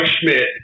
Schmidt